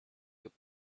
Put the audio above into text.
good